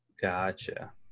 gotcha